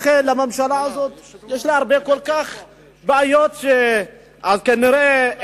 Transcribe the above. לממשלה הזאת יש הרבה בעיות וכנראה היא